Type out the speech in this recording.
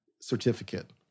certificate